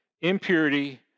impurity